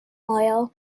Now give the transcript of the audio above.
oil